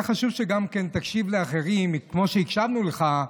היה חשוב שגם תקשיב לאחרים כמו שהקשבנו לך,